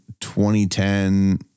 2010